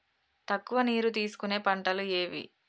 తక్కువ నీరు తీసుకునే పంటలు ఏవి?